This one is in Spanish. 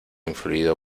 influido